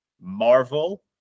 Marvel